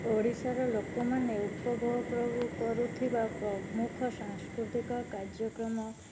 ଓଡ଼ିଶାର ଲୋକମାନେ ଉପଭୋଗ କରୁଥିବା ପ୍ରମୁଖ ସାଂସ୍କୃତିକ କାର୍ଯ୍ୟକ୍ରମ